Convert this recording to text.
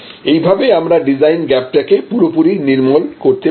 এইভাবে আমরা ডিজাইন গ্যাপটাকে পুরোপুরি নির্মূল করতে পারি